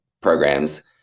programs